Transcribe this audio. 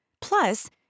Plus